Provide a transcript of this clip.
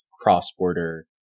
cross-border